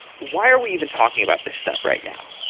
why are we even talking about this stuff right now?